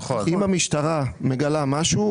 אם המשטרה מגלה משהו,